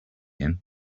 him